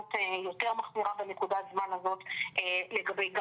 במדיניות יותר מחמירה בנקודת זמן הזאת לגבי גם